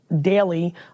daily